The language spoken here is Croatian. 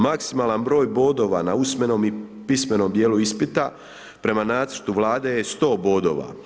Maksimalan broj bodova na usmenom i pismenom djelu ispita prema nacrtu Vlade je 100 bodova.